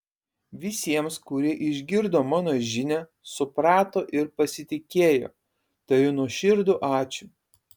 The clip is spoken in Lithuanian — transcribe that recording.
visiems kurie išgirdo mano žinią suprato ir pasitikėjo tariu nuoširdų ačiū